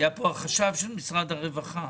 היה כאן חשב משרד הרווחה.